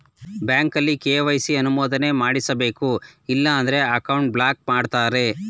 ಬ್ಯಾಂಕಲ್ಲಿ ಕೆ.ವೈ.ಸಿ ಅನುಮೋದನೆ ಮಾಡಿಸಬೇಕು ಇಲ್ಲ ಅಂದ್ರೆ ಅಕೌಂಟ್ ಬ್ಲಾಕ್ ಮಾಡ್ತಾರೆ